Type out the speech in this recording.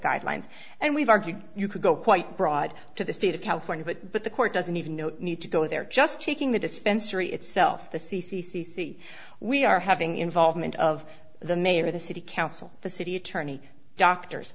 guidelines and we've argued you could go quite broad to the state of california but the court doesn't even need to go there just taking the dispensary itself the c c c c we are having involvement of the mayor the city council the city attorney doctors